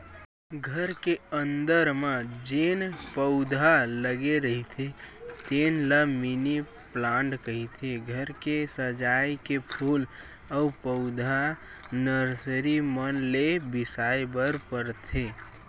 घर के अंदर म जेन पउधा लगे रहिथे तेन ल मिनी पलांट कहिथे, घर के सजाए के फूल अउ पउधा नरसरी मन ले बिसाय बर परथे